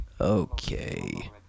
Okay